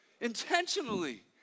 intentionally